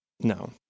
No